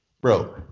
bro